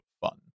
fun